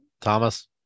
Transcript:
Thomas